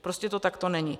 Prostě to takto není.